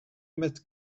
met